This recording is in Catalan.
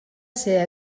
ser